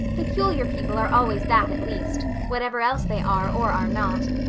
peculiar people are always that at least, whatever else they are or are not.